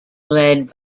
led